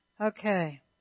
Okay